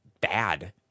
bad